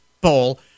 poll